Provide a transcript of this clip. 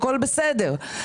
הכול בסדר.